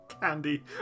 candy